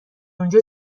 اونجا